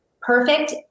perfect